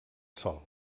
sòl